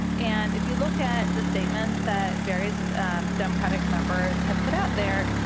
and if you look at the statements that various democratic members have put out there,